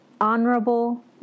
honorable